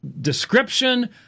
description